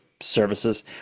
services